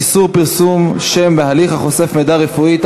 איסור פרסום שם בהליך החושף מידע רפואי),